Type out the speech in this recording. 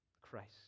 Christ